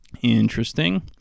Interesting